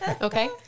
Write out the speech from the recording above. okay